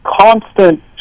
constant